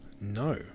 No